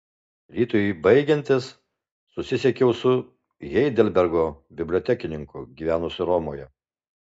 rytui baigiantis susisiekiau su heidelbergo bibliotekininku gyvenusiu romoje